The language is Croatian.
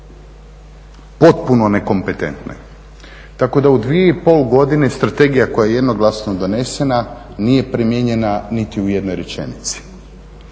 Potpuno nekompetentne. Tako da u 2,5 godine strategija koja je jednoglasno donesena nije primijenjena niti u jednoj rečenici.